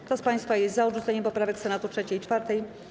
Kto z państwa jest za odrzuceniem poprawek Senatu 3. i 4.